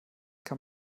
kann